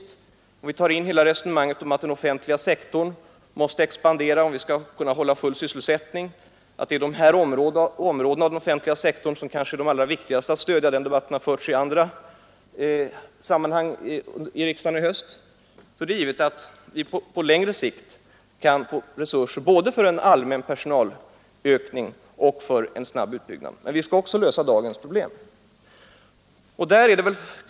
Tar vi in hela resonemanget om att den offentliga sektorn måste expandera för att vi skall kunna upprätthålla full sysselsättning och att det är de här områdena av den offentliga sektorn som kanske är de allra viktigaste att stödja — den debatten har förts i andra sammanhang i riksdagen i höst — då är det givet att vi på längre sikt kan få resurser både för en allmän personalökning och för en snabb utbyggnad. Men vi skall också lösa dagens problem.